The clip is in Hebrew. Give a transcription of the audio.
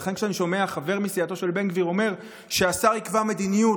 לכן כשאני שומע חבר מסיעתו של בן גביר אומר שהשר יקבע מדיניות,